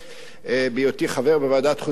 בהיותי חבר בוועדת חוץ וביטחון,